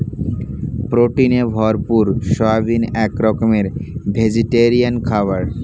প্রোটিনে ভরপুর সয়াবিন এক রকমের ভেজিটেরিয়ান খাবার